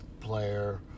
player